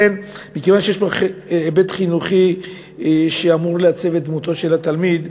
מכיוון שיש פה היבט חינוכי שאמור לעצב את דמותו של התלמיד,